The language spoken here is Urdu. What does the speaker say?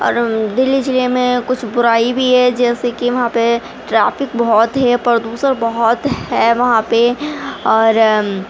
اور دہلی ضلعے میں کچھ برائی بھی ہے جیسے کہ وہاں پہ ٹریفک بہت ہے پردوشن بہت ہے وہاں پہ اور